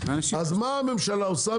אז מה הממשלה עושה?